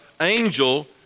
angel